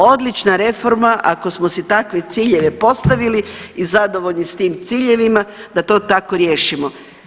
Odlična reforma ako smo si takve ciljeve postavili i zadovoljni s tim ciljevima da to tako riješimo.